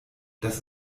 das